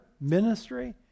ministry